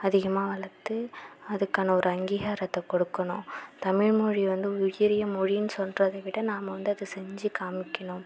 அதிகமாக வளர்த்து அதுக்கான ஒரு அங்கீகாரத்தை கொடுக்கணும் தமிழ் மொழி வந்து உயரிய மொழின்னு சொல்றதை விட நாம வந்து அதை செஞ்சு காமிக்கணும்